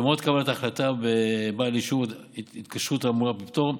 במועד קבלת ההחלטה, בהתקשרות האמורה בפטור,